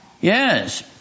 Yes